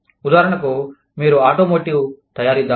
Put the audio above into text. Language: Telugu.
ఉదాహరణకు మీరు ఆటోమోటివ్ తయారీదారు